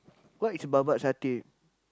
what is babat satay